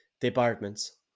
departments